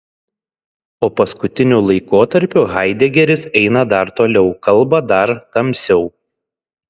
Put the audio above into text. o paskutiniu laikotarpiu haidegeris eina dar toliau kalba dar tamsiau